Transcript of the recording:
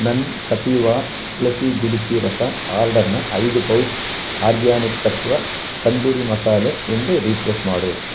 ನನ್ನ ಕಪೀವಾ ತುಳಸಿ ಗುಡುಚಿ ರಸ ಆರ್ಡರ್ನ ಐದು ಪೌಚ್ ಆರ್ಗ್ಯಾನಿಕ್ ತತ್ವ ತಂದೂರಿ ಮಸಾಲೆ ಇಂದ ರೀಪ್ಲೇಸ್ ಮಾಡು